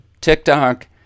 TikTok